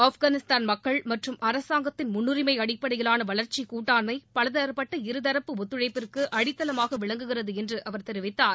ஆப்கானிஸ்தான் மக்கள் மற்றும் அரசாங்கத்தின் முன்னுரிமை அடிப்படையிலான வளர்ச்சி கூட்டாண்மை பலதரப்பட்ட இருதரப்பு ஒத்துழைப்பிற்கு அடித்தளமாக விளங்குகிறது என்று அவர் தெரிவித்தார்